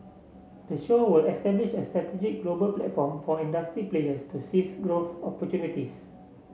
the show will establish a strategic global platform for industry players to seize growth opportunities